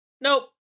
Nope